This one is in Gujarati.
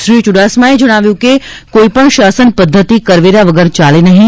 શ્રી ચુડાસમાએ કહ્યું હતું કે કોઈપણ શાસન પદ્ધતિ કરવેરા વગર ચાલે નહીં